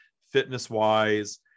fitness-wise